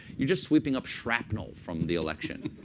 you're just sweeping up shrapnel from the election,